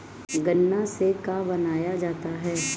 गान्ना से का बनाया जाता है?